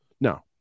No